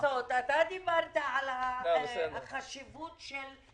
מה לעשות, אתה דיברת על החשיבות של אישור תקציב.